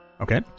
Okay